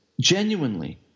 genuinely